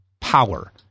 power